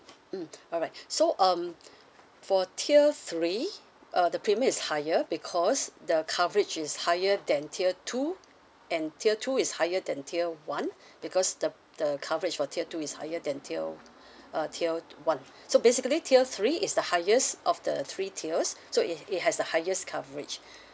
mm alright so um for tier three uh the premium is higher because the coverage is higher than tier two and tier two is higher than tier one because the the coverage for tier two is higher than tier uh tier one so basically tier three is the highest of the three tiers so it it has the highest coverage